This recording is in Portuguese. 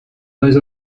das